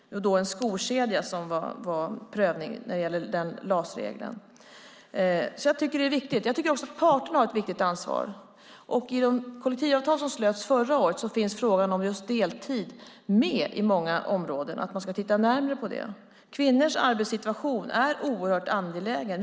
Det var en skokedja som prövades enligt denna LAS-regel. Jag tycker alltså att det är viktigt. Jag tycker också att parterna har ett viktigt ansvar. I de kollektivavtal som slöts förra året finns frågan om just deltid och att man ska titta närmare på det med i många områden. Kvinnors arbetssituation är oerhört angelägen.